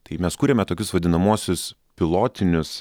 tai mes kuriame tokius vadinamuosius pilotinius